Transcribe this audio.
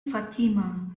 fatima